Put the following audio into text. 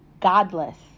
godless